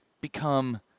become